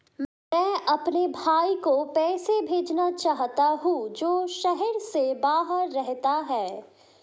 मैं अपने भाई को पैसे भेजना चाहता हूँ जो शहर से बाहर रहता है